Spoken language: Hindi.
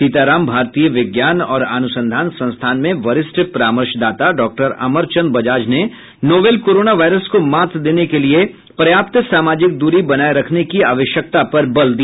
सीताराम भारतीय विज्ञान और अनुसंधान संस्थान में वरिष्ठ परामर्शदाता डॉक्टर अमरचंद बजाज ने नोवेल कोरोना वायरस को मात देने को लिए पर्याप्त सामाजिक दूरी बनाए रखने की आवश्यकता पर बल दिया